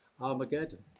Armageddon